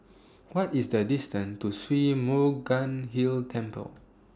What IS The distance to Sri Murugan Hill Temple